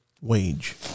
wage